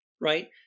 right